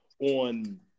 on